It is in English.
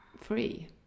free